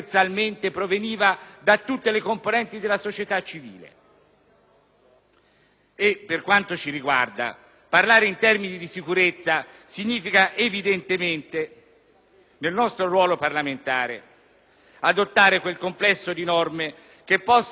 e, per quanto ci riguarda, parlare di sicurezza significa, nel nostro ruolo parlamentare, adottare quel complesso di norme che possano garantire il più regolare, ordinato e pacifico svolgimento